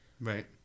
Right